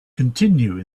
continue